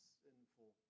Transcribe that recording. sinful